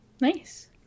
Nice